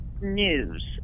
.news